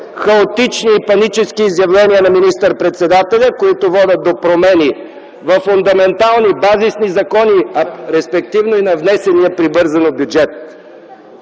хаотични и панически изявления на министър-председателя, които водят до промени във фундаментални, базисни закони, а респективно и на внесения прибързано бюджет.